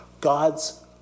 God's